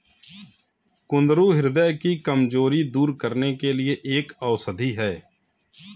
कुंदरू ह्रदय की कमजोरी दूर करने के लिए एक औषधि है